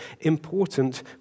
important